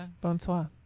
Bonsoir